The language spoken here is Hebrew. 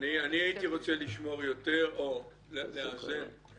אני הייתי רוצה לשמור יותר, או לאזן את